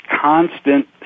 constant